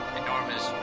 enormous